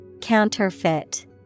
Counterfeit